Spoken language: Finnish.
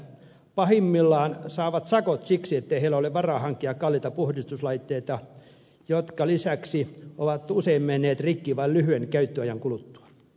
pahimmillaan saavat sakot siksi ettei heillä ole varaa hankkia kalliita puhdistuslaitteita jotka lisäksi saattavat mennä rikki lyhyen käyttöajan kuluttua